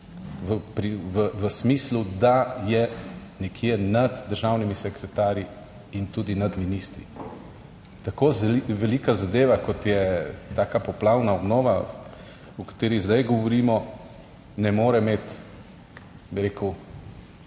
v smislu, da je nekje nad državnimi sekretarji in tudi nad ministri, tako velika zadeva kot je taka poplavna obnova o kateri zdaj govorimo, ne more imeti, bi rekel,